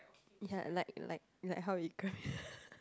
ya like like like how we Grab here